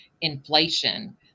inflation